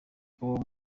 kubaho